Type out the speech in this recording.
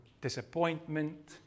disappointment